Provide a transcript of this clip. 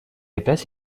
опять